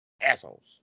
Assholes